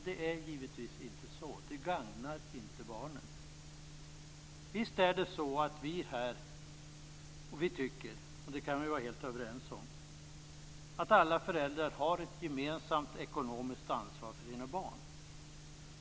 Det är givetvis inte så. Det gagnar inte barnen. Vi kan vara helt överens om att alla föräldrar har ett gemensamt ekonomiskt ansvar för sina barn.